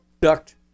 ducked